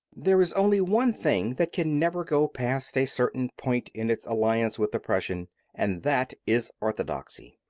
there is only one thing that can never go past a certain point in its alliance with oppression and that is orthodoxy.